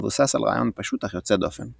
המבוסס על רעיון פשוט אך יוצא דופן.